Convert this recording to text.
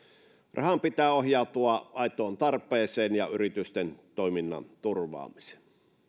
rahan pitää ohjautua aitoon tarpeeseen ja yritysten toiminnan turvaamiseen